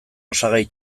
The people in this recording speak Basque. osagai